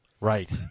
Right